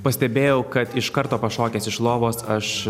pastebėjau kad iš karto pašokęs iš lovos aš